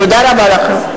תודה רבה לכם.